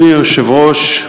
אדוני היושב-ראש,